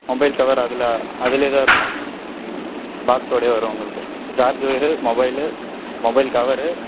mobile cover அதில் அதுலேயே தான் இருக்கும் பாக்ஸ்சோடயே வருது உங்களுக்கு charge wire mobile mobile cover